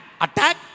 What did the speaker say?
attack